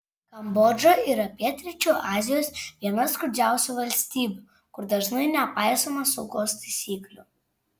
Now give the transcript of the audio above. kambodža yra pietryčių azijos viena skurdžiausių valstybių kur dažnai nepaisoma saugos taisyklių